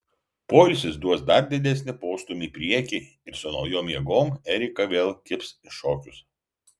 poilsis duos dar didesnį postūmį į priekį ir su naujom jėgom erika vėl kibs į šokius